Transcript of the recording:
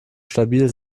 stabil